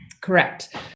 Correct